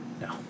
No